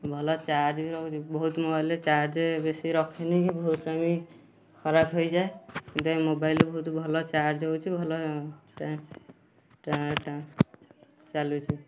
ଭଲ ଚାର୍ଜ ବି ରହୁଛି ବହୁତ ମୋବାଇଲରେ ଚାର୍ଜ ବେଶୀ ରଖେନି କି ବହୁତ ଟାଇମ ଖରପ ହୋଇଯାଏ ସେଥିପାଇଁ ମୋବାଇଲ ବହୁତ ଭଲ ଚାର୍ଜ ହଉଛି ଭଲ ଟାଣୁଛି ଟା ଟା ଚାଲୁଛି